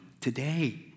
today